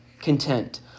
content